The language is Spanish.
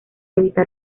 evitar